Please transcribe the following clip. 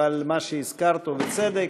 אבל כמו שהזכרת, ובצדק,